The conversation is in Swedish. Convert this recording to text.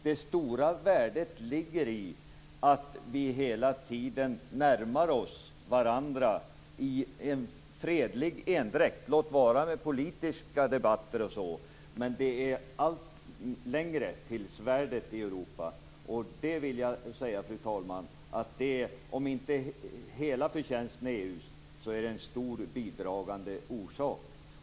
Det stora värdet ligger i att vi hela tiden närmar oss varandra i en fredlig endräkt, låt vara med politiska debatter, men det blir allt längre till svärdet i Europa. Och om inte hela förtjänsten är EU:s, så är EU en stor bidragande orsak.